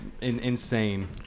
insane